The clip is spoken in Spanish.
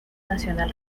nacional